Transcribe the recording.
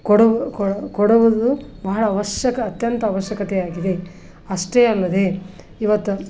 ಕೊಡವು ಕೊಡುವುದು ಬಹಳ ಅವಶ್ಯಕ ಅತ್ಯಂತ ಅವಶ್ಯಕತೆಯಾಗಿದೆ ಅಷ್ಟೇ ಅಲ್ಲದೇ ಇವತ್ತು